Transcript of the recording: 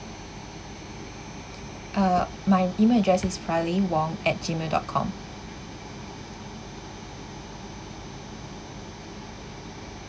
uh my email address is riley wong at Gmail dot com